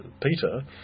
Peter